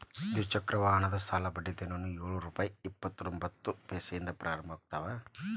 ದ್ವಿಚಕ್ರ ವಾಹನದ ಸಾಲದ ಬಡ್ಡಿ ದರಗಳು ಯೊಳ್ ರುಪೆ ಇಪ್ಪತ್ತರೊಬಂತ್ತ ಪೈಸೆದಿಂದ ಪ್ರಾರಂಭ ಆಗ್ತಾವ